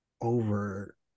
over